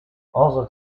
although